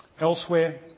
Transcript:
Elsewhere